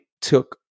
took